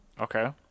Okay